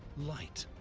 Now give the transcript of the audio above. light,